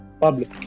public